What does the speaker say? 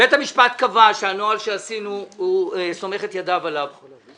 בית המשפט קבע שהוא סומך את ידיו על הנוהל שעשינו,